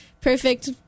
Perfect